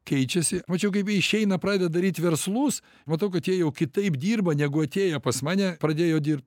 keičiasi mačiau kaip jie išeina pradeda daryt verslus matau kad jie jau kitaip dirba negu atėję pas mane pradėjo dirbt